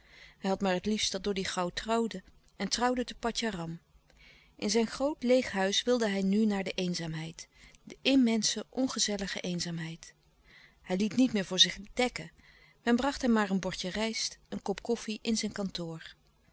hij had maar het liefst dat doddy gauw trouwde en trouwde te patjaram in zijn groot leêg huis wilde hij nu maar de eenzaamheid de immense ongezellige eenzaamheid hij liet niet meer voor zich dekken men bracht hem maar een bordje rijst een kop koffie in zijn kantoor